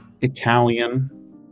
Italian